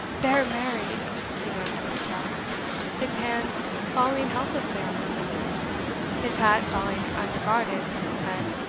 they're married, he moaned to himself his hands falling helplessly on his knees his hat falling unregarded from his head.